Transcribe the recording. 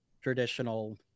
traditional